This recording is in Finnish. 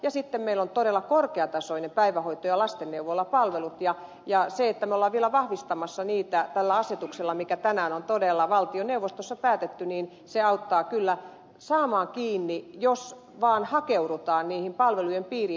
ja sitten meillä on todella korkeatasoiset päivähoito ja lastenneuvolapalvelut ja se että me olemme vielä vahvistamassa niitä tällä asetuksella josta tänään on todella valtioneuvostossa päätetty auttaa kyllä saamaan kiinni jos vaan hakeudutaan niiden palvelujen piiriin